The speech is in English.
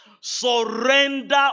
Surrender